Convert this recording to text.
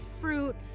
fruit